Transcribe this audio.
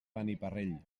beniparrell